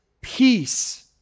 peace